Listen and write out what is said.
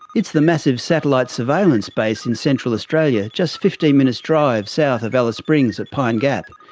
it's the massive satellite surveillance base in central australia, just fifteen minutes' drive south of alice springs, at pine gap.